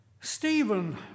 Stephen